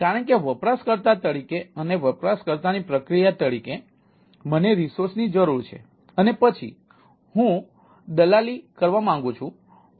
કારણ કે વપરાશકર્તા તરીકે અને વપરાશકર્તાની પ્રક્રિયા તરીકે મને રિસોર્સની જરૂર છે અને પછી હું દલાલી કરવા માંગુ છું